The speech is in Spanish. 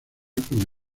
con